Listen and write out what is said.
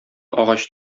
агач